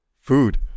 food